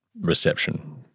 Reception